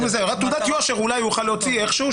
תעודת יושר אולי הוא יוכל להוציא איכשהו,